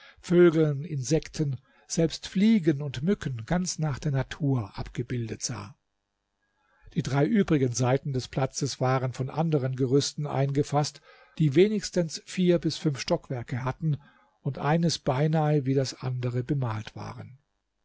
vögeln insekten selbst fliegen und mücken ganz nach der natur abgebildet sah die drei übrigen seiten des platzes waren von anderen gerüsten eingefaßt die wenigstens vier bis fünf stockwerke hatten und eines beinahe wie das andere bemalt waren